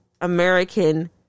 American